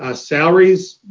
ah salaries,